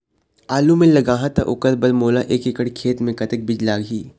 आलू मे लगाहा त ओकर बर मोला एक एकड़ खेत मे कतक बीज लाग ही?